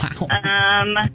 wow